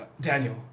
Daniel